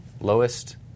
lowest